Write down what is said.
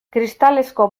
kristalezko